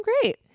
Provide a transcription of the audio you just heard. great